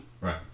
right